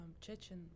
Chechen